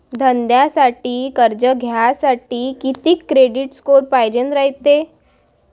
धंद्यासाठी कर्ज घ्यासाठी कितीक क्रेडिट स्कोर पायजेन रायते?